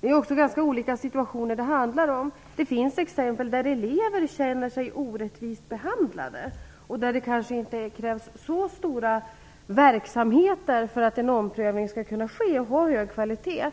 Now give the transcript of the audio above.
Det handlar också om olika situationer. Det finns exempel på att elever känner sig orättvist behandlade och där det kanske inte krävs så stora verksamheter för att en omprövning skall kunna ske och ha hög kvalitet.